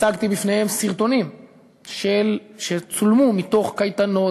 הצגתי בפניהם סרטונים שצולמו מתוך קייטנות